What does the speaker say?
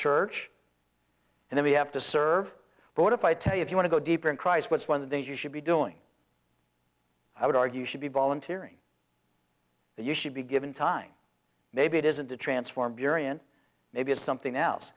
church and then we have to serve but what if i tell you if you want to go deeper in christ what's one of the things you should be doing i would argue should be volunteering that you should be given time maybe it isn't to transform your eon maybe it's something else